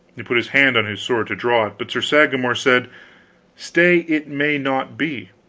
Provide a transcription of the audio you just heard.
he put his hand on his sword to draw it, but sir sagramor said stay, it may not be.